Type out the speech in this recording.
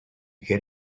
get